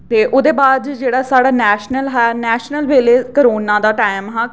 ते ओह्दे बाद जेह्ड़ा साढ़ा नैशनल हा नैशनल बेल्लै करोना दा टाइम हा